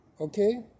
okay